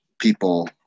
people